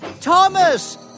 Thomas